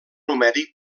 numèric